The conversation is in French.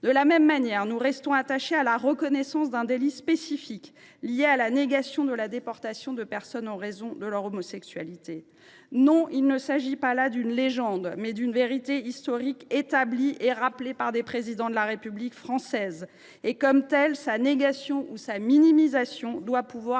De la même manière, nous restons attachés à la création d’un délit spécifique réprimant la négation de la déportation de personnes en raison de leur homosexualité. Non, il ne s’agit pas là d’une légende, mais d’une vérité historique établie et rappelée par plusieurs présidents de la République française. Sa négation ou sa minimisation doit donc pouvoir